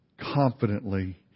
confidently